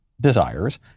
desires